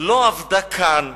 לא עבדה כאן,